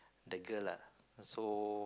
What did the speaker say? the girl lah so